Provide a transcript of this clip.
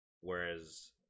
whereas